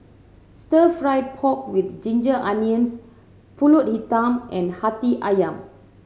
Stir Fried Pork With Ginger Onions Pulut Hitam and Hati Ayam